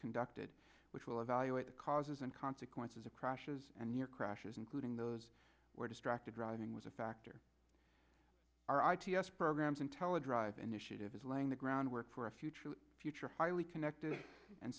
conducted which will evaluate the causes and consequences of crashes and near crashes including those where distracted driving was a factor r i t s programs intel a dr initiative is laying the groundwork for a future future highly connected and